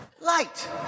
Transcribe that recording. light